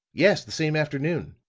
yes the same afternoon.